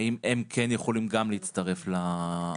האם הם כן יכולים להצטרף גם לביטוחים?